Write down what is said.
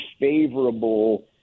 favorable